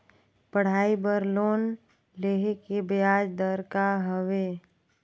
पढ़ाई बर लोन लेहे के ब्याज दर का हवे?